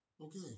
Okay